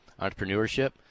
entrepreneurship